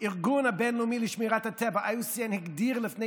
הארגון הבין-לאומי לשמירת הטבע IUCN הגדיר לפני